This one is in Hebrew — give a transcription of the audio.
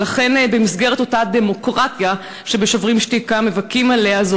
ולכן במסגרת אותה דמוקרטיה שב"שוברים שתיקה" מבכים עליה,